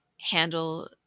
handle